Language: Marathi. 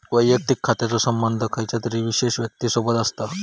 वैयक्तिक खात्याचो संबंध खयच्या तरी विशेष व्यक्तिसोबत असता